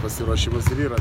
pasiruošimas ir yra